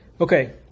Okay